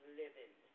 living